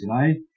today